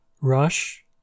Rush